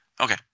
Okay